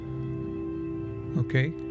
Okay